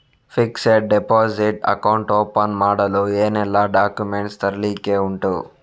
Fixed deposit account open ಮಾಡಲು ಏನೆಲ್ಲಾ documents ತರ್ಲಿಕ್ಕೆ ಉಂಟು?